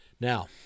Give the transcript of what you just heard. Now